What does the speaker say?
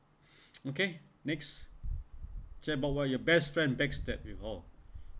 okay next tell us about your best friend backstabbed before